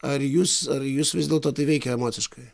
ar jus ar jus vis dėlto tai veikia emociškai